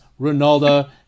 Ronaldo